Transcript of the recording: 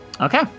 Okay